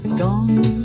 gone